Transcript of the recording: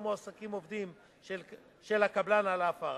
מועסקים העובדים של הקבלן על ההפרה,